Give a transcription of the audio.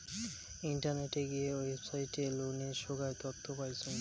ইন্টারনেটে গিয়ে ওয়েবসাইটে লোনের সোগায় তথ্য পাইচুঙ